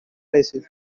places